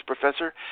professor